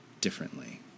differently